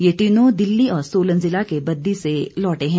ये तीनों दिल्ली और सोलन जिला के बद्दी से लौटे हैं